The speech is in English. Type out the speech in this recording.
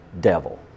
devil